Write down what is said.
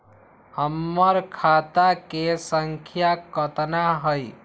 हमर खाता के सांख्या कतना हई?